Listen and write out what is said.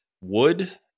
Wood